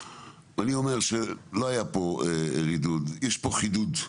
ואני אומר שלא היה פה רידוד; יש פה חידוד.